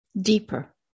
deeper